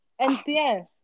NCS